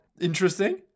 Interesting